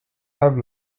have